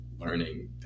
learning